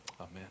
Amen